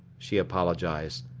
she apologized,